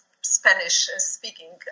Spanish-speaking